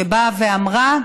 שבאה ואמרה: